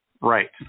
Right